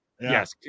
Yes